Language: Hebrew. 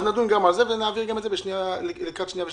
נדון גם בזה ונעביר גם את זה לקראת שנייה ושלישית.